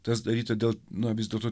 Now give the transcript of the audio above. tas daryta dėl na vis dėlto